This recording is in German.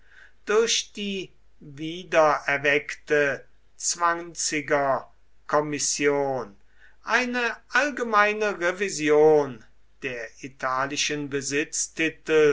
durch die wiedererweckte zwanzigerkommission eine allgemeine revision der italischen